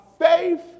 faith